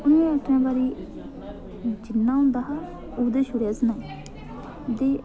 उ'नें अपने बारे च जिन्ना होंदा हा ओह्दे च कोई असें दे